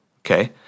okay